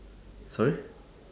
sorry